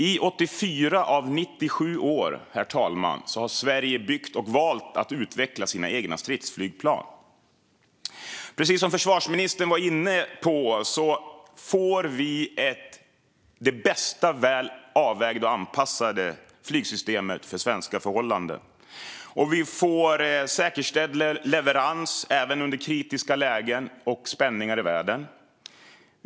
I 84 av 97 år har Sverige byggt och valt att utveckla sina egna stridsflygplan. Precis som försvarsministern var inne på får vi det mest väl avvägda och anpassade flygsystemet för svenska förhållanden. Vi får säkerställd leverans även under kritiska lägen och spänningar i världen.